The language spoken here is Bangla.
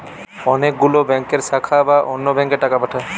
অনেক গুলো ব্যাংকের শাখা বা অন্য ব্যাংকে টাকা পাঠায়